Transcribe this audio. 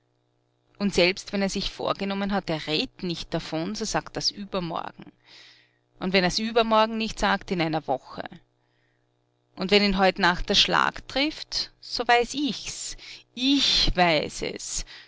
und selbst wenn er sich vorgenommen hat er red't nicht davon so sagt er's übermorgen und wenn er's übermorgen nicht sagt in einer woche und wenn ihn heut nacht der schlag trifft so weiß ich's ich weiß es